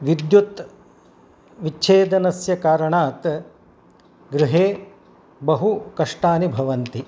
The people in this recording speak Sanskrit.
विद्युत् विच्छेदनस्य कारणात् गृहे बहुकष्टानि भवन्ति